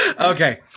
Okay